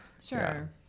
sure